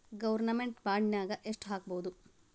Government ಬಾಂಡ್ನಾಗ್ ಯೆಷ್ಟ್ ಹಾಕ್ಬೊದು?